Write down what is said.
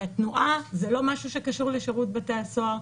התנועה זה לא משהו שקשור לשירות בתי הסוהר.